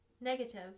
Negative